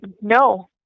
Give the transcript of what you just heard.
No